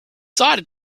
decided